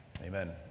Amen